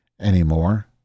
anymore